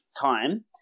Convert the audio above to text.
time